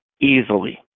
easily